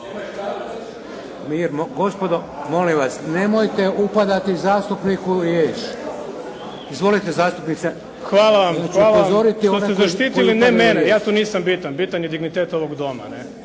Gospodo molim vas, nemojte upadati zastupniku u riječ. Izvolite zastupniče. **Milanović, Zoran (SDP)** Hvala vam što ste zaštitili ne mene, ja tu nisam bitan, bitan je dignitet ovog Doma